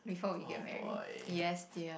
oh boy